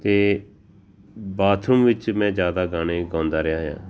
ਅਤੇ ਬਾਥਰੂਮ ਵਿੱਚ ਮੈਂ ਜ਼ਿਆਦਾ ਗਾਣੇ ਗਾਉਂਦਾ ਰਿਹਾ ਹਾਂ